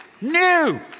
new